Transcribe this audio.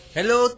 Hello